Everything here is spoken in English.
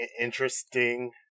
interesting